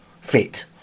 fit